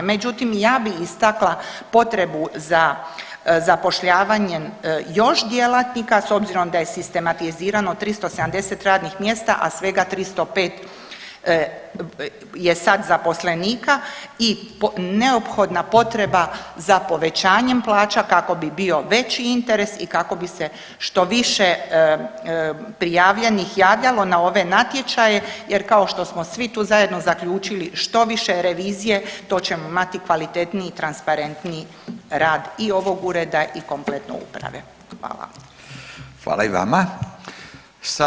Međutim ja bi istakla potrebu za zapošljavanjem još djelatnika s obzirom da je sistematizirano 370 radnih mjesta, a svega 305 je sad zaposlenika i neophodna potreba za povećanjem plaća kako bi bio veći interes i kako bi se što više prijavljenih javljalo na ove natječaje jer kao što smo svi tu zajedno zaključili što više revizije to ćemo imati kvalitetniji i transparentniji rad i ovog ureda i kompletno uprave.